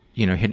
you know,